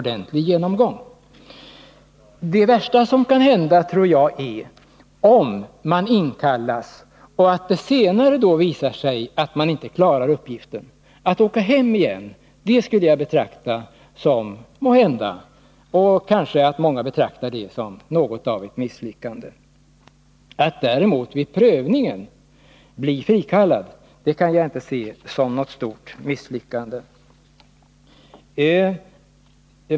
Det värsta som kan hända tror jag är att man inkallas och att det senare visar sig att man inte klarar uppgiften. Att åka hem igen efter påbörjad grundutbildning skulle jag —-och måhända många med mig — betrakta som något av ett misslyckande. Att däremot vid prövningen bli frikallad kan jag inte se som något stort misslyckande.